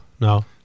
no